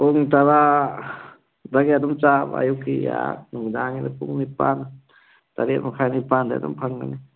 ꯄꯨꯡ ꯇꯔꯥꯗꯒꯤ ꯑꯗꯨꯝ ꯆꯥꯕ ꯑꯌꯨꯛꯀꯤ ꯅꯨꯡꯗꯥꯡꯒꯤꯅ ꯄꯨꯡ ꯅꯤꯄꯥꯜ ꯇꯔꯦꯠ ꯃꯈꯥꯏ ꯅꯤꯄꯥꯜꯗꯤ ꯑꯗꯨꯝ ꯐꯪꯒꯅꯤ